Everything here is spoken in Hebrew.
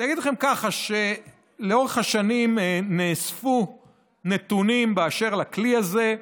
אני אגיד לכם ככה: לאורך השנים נאספו נתונים באשר לכלי הזה.